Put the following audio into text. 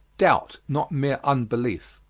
doubt not mere unbelief.